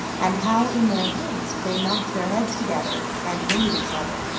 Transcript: and how in their haste they knocked their heads together and hindered each other,